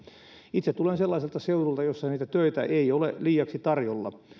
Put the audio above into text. itse tulen sellaiselta seudulta jossa niitä töitä ei ole liiaksi tarjolla